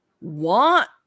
want